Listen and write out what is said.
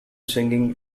singing